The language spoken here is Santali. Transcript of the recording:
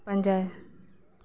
ᱯᱟᱸᱡᱟᱭ